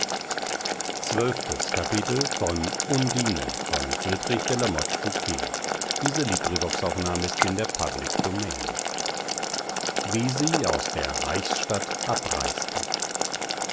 wie sie aus der reichsstadt abreisten